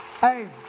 Hey